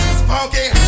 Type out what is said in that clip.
spunky